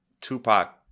Tupac